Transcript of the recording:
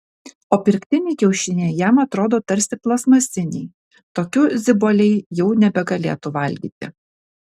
o pirktiniai kiaušiniai jam atrodo tarsi plastmasiniai tokių ziboliai jau nebegalėtų valgyti